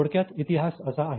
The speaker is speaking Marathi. थोडक्यात इतिहास असा आहे